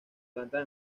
plantas